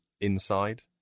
inside